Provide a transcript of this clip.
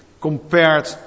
compared